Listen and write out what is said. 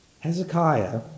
Hezekiah